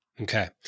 Okay